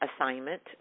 assignment